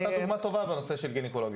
נתת דוגמה טובה בנושא של גינקולוגיה.